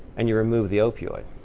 and you remove the opioid.